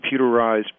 computerized